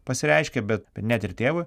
pasireiškia bet bet net ir tėvui